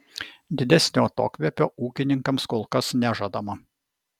didesnio atokvėpio ūkininkams kol kas nežadama